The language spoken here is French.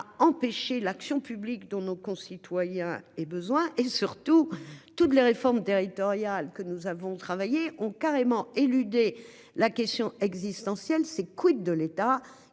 empêcher l'action publique dont nos concitoyens et besoin et surtout toutes les réformes territoriales que nous avons travaillé ont carrément éludé la question existentielle c'est, quid de l'État.